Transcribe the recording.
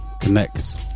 connects